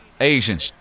Asian